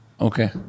Okay